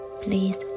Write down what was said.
please